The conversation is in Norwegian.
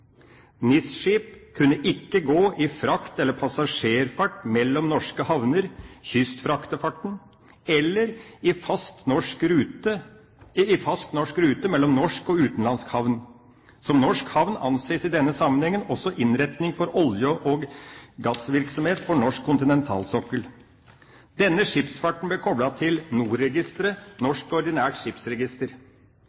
NIS-skip kunne ikke gå i frakt eller passasjerfart mellom norske havner, kystfraktefarten, eller i fast rute mellom norsk og utenlandsk havn. Som norsk havn anses i denne sammenheng også innretning for olje- og gassvirksomhet på norsk kontinentalsokkel. Denne skipsfarten ble koplet til NOR,